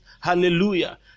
Hallelujah